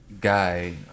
guy